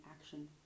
action